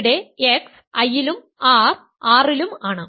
ഇവിടെ x I ലും r R ലും ആണ്